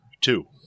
two